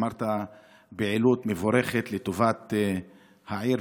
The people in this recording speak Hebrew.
אמרת פעילות מבורכת לטובת העיר,